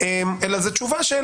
אלא זה תשובה של